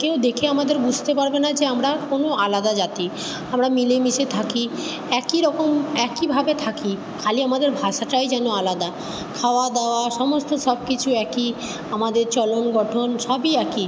কেউ দেখে আমাদের বুঝতে পারবে না যে আমরা কোনো আলাদা জাতি আমরা মিলে মিশে থাকি একই রকম একইভাবে থাকি খালি আমাদের ভাষাটাই যেন আলাদা খাওয়া দাওয়া সমস্ত সব কিছু একই আমাদের চলন গঠন সবই একই